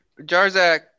Jarzak